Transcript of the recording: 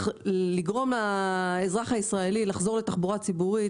לגרום לאזרח הישראלי לחזור לתחבורה ציבורית.